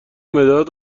مداد